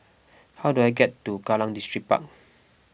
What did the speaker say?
how do I get to Kallang Distripark